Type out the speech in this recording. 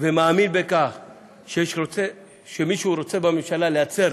ומאמין שמישהו בממשלה רוצה להצר